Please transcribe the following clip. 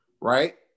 right